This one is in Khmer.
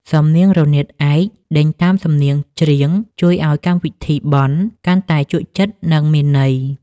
សំនៀងរនាតឯកដេញតាមសំនៀងច្រៀង ជួយឱ្យកម្មវិធីបុណ្យកាន់តែជក់ចិត្ត និងមានន័យ។